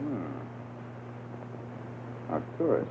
me i'm sorry